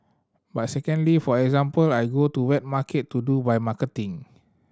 but secondly for example I go to wet market to do my marketing